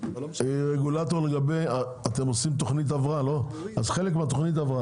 אתם עושים תוכנית הבראה ואז חלק מהתוכנית,